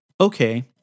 Okay